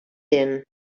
din